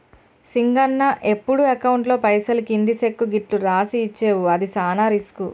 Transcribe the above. సింగన్న ఎప్పుడు అకౌంట్లో పైసలు కింది సెక్కు గిట్లు రాసి ఇచ్చేవు అది సాన రిస్కు